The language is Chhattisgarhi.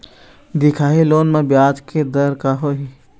दिखाही लोन म ब्याज के दर का होही?